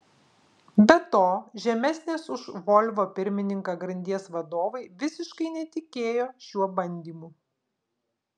be to žemesnės už volvo pirmininką grandies vadovai visiškai netikėjo šiuo bandymu